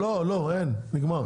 לא, נגמר.